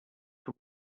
vom